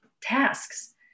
tasks